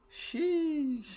Sheesh